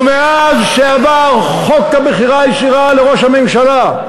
ומאז עבר חוק הבחירה הישירה לראש הממשלה,